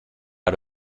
out